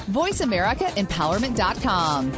voiceamericaempowerment.com